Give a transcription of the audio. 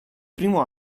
primo